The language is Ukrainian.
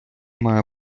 має